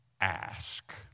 ask